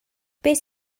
beth